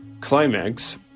Climax